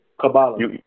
Kabbalah